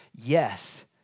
Yes